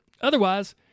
Otherwise